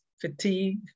fatigue